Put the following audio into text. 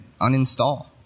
uninstall